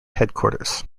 headquarters